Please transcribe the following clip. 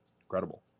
incredible